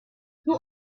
who